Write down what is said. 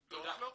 אם לא, אז לא.